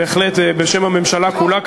בשם הממשלה כולה,